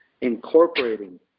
incorporating